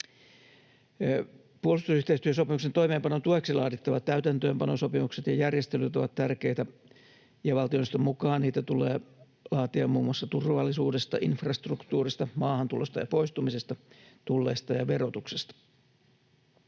Puolustusyhteistyösopimuksen toimeenpanon tueksi laadittavat täytäntöönpanosopimukset ja -järjestelyt ovat tärkeitä, ja valtioneuvoston mukaan niitä tulee laatia muun muassa turvallisuudesta, infrastruktuurista, maahantulosta ja poistumisesta, tulleista ja verotuksesta.